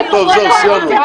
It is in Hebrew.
סיימנו.